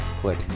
click